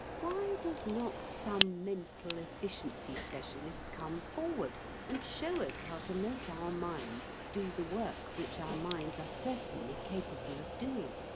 why does not some mental efficiency specialist come forward and show us how to make our minds do the work which our minds are certainly capable of doing?